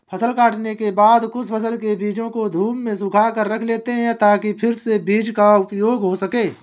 फसल काटने के बाद कुछ फसल के बीजों को धूप में सुखाकर रख लेते हैं ताकि फिर से बीज का उपयोग हो सकें